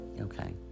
Okay